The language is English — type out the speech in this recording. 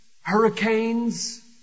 hurricanes